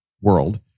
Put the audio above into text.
world